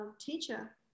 teacher